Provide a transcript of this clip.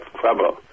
trouble